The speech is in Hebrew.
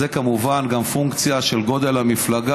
זה כמובן גם פונקציה של גודל המפלגה.